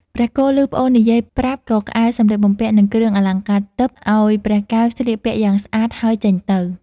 ព្រះគោឮប្អូននិយាយប្រាប់ក៏ក្អែសម្លៀកបំពាក់ និងគ្រឿងអលង្ការទិព្វឲ្យព្រះកែវស្លៀកពាក់យ៉ាងស្អាត ហើយចេញទៅ។